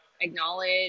acknowledge